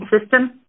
System